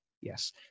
Yes